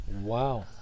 Wow